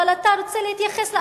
אבל אתה רוצה להתייחס לאחוזים.